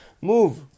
move